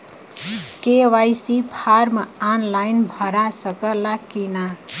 KYC form online भरा सकला की ना?